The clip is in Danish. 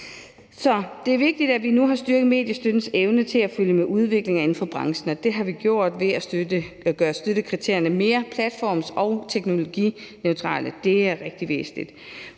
det er vigtigt, at vi nu har styrket mediestøttens evne til at følge med udviklingen inden for branchen, og det har vi gjort ved at gøre støttekriterierne mere platforms- og teknologineutrale. Det er rigtig væsentligt,